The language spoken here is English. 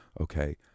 okay